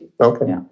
okay